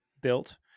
built